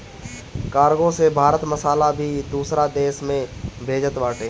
cargo से भारत मसाला भी दूसरा देस में भेजत बाटे